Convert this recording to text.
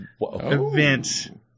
event